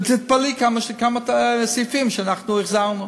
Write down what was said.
ותתפלאי כמה סעיפים החזרנו.